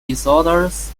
disorders